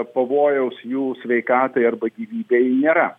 pavojaus jų sveikatai arba gyvybei nėra